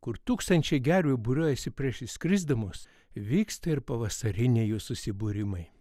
kur tūkstančiai gervių būriuojasi prieš išskrisdamos įvyksta ir pavasariniai jų susibūrimai